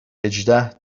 هجده